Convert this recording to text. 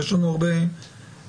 ויש לנו הרבה כבוד,